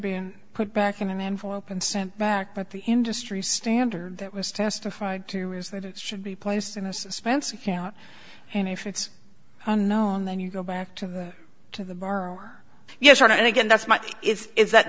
been put back in an envelope and sent back but the industry standard that was testified to is that it should be placed in a suspense account and if it's unknown then you go back to the to the bar yes or no and again that's my it's that